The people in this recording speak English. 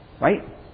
Right